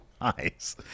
Nice